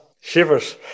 shivers